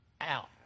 out